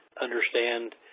understand